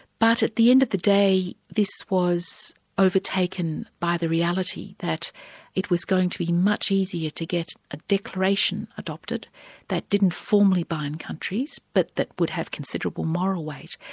but at the end of the day, this was overtaken by the reality that it was going to be much easier to get a declaration adopted that didn't formally bind countries, but that would have considerable moral weight.